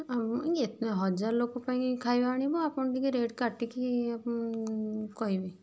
ହଜାର ଲୋକ ପାଇଁ ଖାଇବା ଆଣିବ ଆପଣ ଟିକେ ରେଟ୍ କାଟିକି କହିବେ